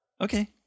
okay